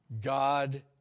God